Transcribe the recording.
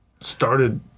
started